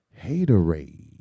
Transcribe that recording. haterade